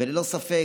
ללא ספק,